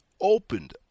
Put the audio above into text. opened